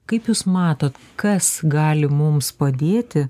kaip jūs matot kas gali mums padėti